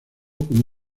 como